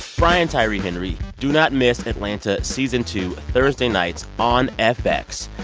brian tyree henry. do not miss atlanta season two thursday nights on fx.